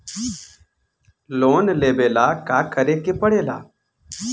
Loan लेबे ला का करे के पड़े ला?